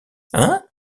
hein